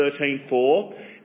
13.4